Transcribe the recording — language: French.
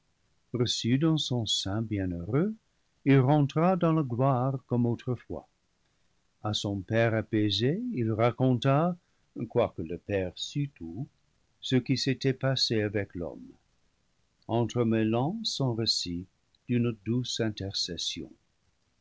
reçu dans son sein bienheureux il rentra dans la gloire comme autrefois à son père apaisé il raconta quoique le père sût tout ce qui s'était passé avec l'homme entremêlant son récit d'une douce intercession